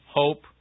hope